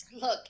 Look